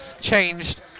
changed